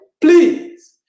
please